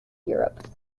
europe